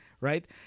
Right